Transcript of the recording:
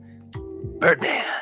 Birdman